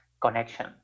connection